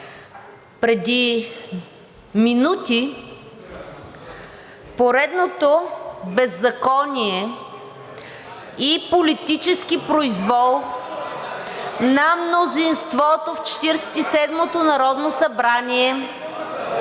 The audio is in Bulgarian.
Преди минути поредното беззаконие и политически произвол на мнозинството в Четиридесет и